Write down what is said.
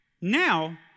now